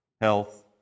health